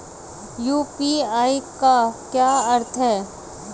UPI का क्या अर्थ है?